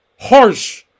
harsh